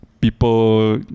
people